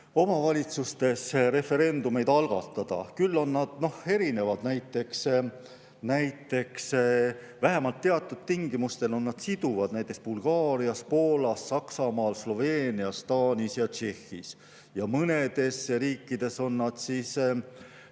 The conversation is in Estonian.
omavalitsustes referendumeid algatada. Küll on need erinevad. Näiteks vähemalt teatud tingimustel on nad siduvad Bulgaarias, Poolas, Saksamaal, Sloveenias, Taanis ja Tšehhis. Mõnes riigis on nad